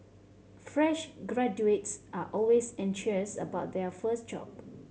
fresh graduates are always anxious about their first job